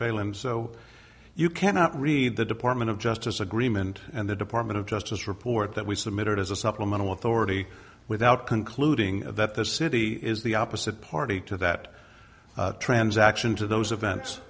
i'm so you cannot read the department of justice agreement and the department of justice report that we submitted as a supplemental authority without concluding that the city is the opposite party to that transaction to those events